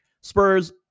Spurs